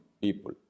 people